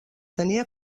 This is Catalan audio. tenia